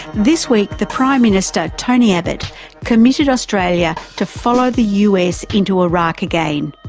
this week the prime minister tony abbott committed australian yeah to follow the us into iraq again,